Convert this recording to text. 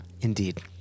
Indeed